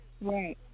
Right